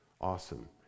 Awesome